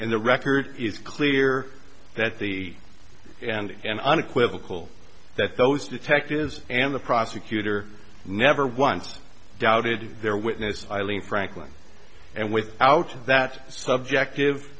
and the record is clear that the and and unequivocal that those detectives and the prosecutor never once doubted their witness eileen franklin and with out that subjective